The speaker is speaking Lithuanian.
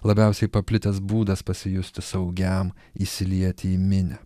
labiausiai paplitęs būdas pasijusti saugiam įsilieti į minią